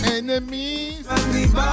Enemies